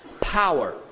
power